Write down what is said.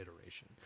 iteration